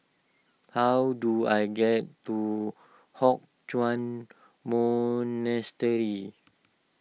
how do I get to Hock Chuan Monastery